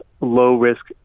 low-risk